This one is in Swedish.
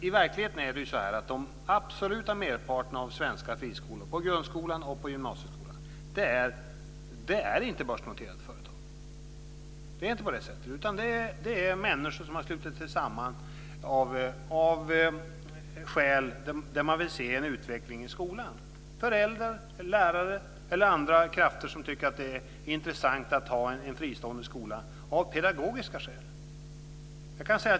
I verkligheten är den absoluta merparten av svenska friskolor, inom grundskola och gymnasieskola, inte börsnoterade företag. Det är inte på det sättet. Det är människor som slutit sig samman för att man vill se en utveckling i skolan. Det är föräldrar, lärare eller andra krafter som tycker att det är intressant att ha en fristående skola av pedagogiska skäl.